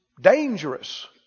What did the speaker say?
dangerous